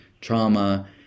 trauma